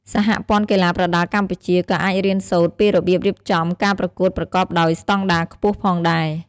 សហព័ន្ធកីឡាប្រដាល់កម្ពុជា ក៏អាចរៀនសូត្រពីរបៀបរៀបចំការប្រកួតប្រកបដោយស្តង់ដារខ្ពស់ផងដែរ។